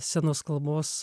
scenos kalbos